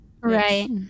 Right